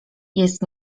jest